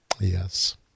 Yes